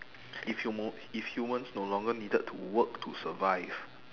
if huma~ if humans no longer needed to work to survive